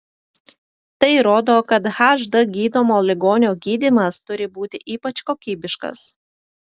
tai rodo kad hd gydomo ligonio gydymas turi būti ypač kokybiškas